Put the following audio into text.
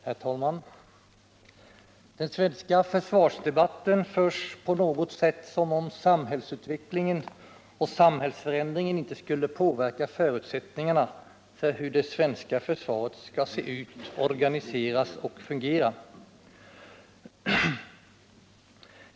Herr talman! Den svenska försvarsdebatten förs på något sätt som om samhällsutvecklingen och samhällsförändringen inte skulle påverka förutsättningarna för hur det svenska försvaret skall se ut, organiseras och fungera.